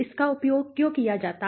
इसका उपयोग क्यों किया जाता है